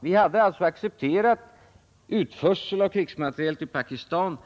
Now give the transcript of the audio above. Vi hade accepterat utförsel av krigsmateriel till Pakistan.